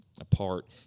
apart